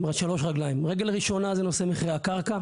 רגל ראשונה זה נושא מכירי הקרקע,